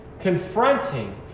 confronting